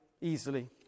easily